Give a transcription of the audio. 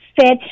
fit